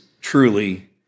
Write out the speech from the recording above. truly